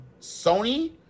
Sony